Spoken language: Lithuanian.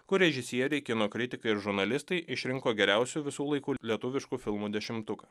kur režisieriai kino kritikai ir žurnalistai išrinko geriausių visų laikų lietuviškų filmų dešimtuką